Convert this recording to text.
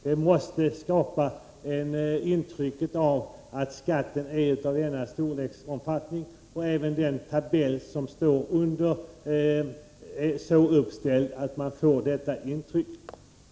Detta måste skapa intrycket att skattens storlek är av denna omfattning. Även den tabell som finns där är så uppställd att man får detta intryck.